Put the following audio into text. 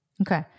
Okay